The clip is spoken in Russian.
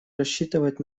рассчитывать